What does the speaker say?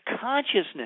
consciousness